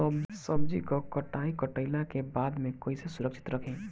सब्जी क कटाई कईला के बाद में कईसे सुरक्षित रखीं?